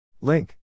link